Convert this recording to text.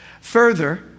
Further